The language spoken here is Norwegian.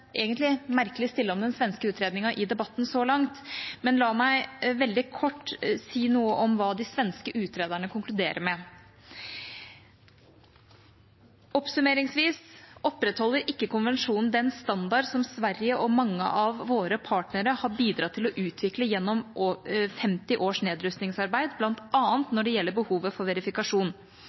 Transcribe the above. egentlig vært merkelig stille om den svenske utredningen i debatten så langt, men la meg veldig kort si noe om hva de svenske utrederne konkluderer med: Oppsummert opprettholder ikke konvensjonen den standarden som Sverige og mange av våre partnere har bidratt til å utvikle gjennom 50 års nedrustningsarbeid, bl.a. når det gjelder behovet for verifikasjon.